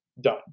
done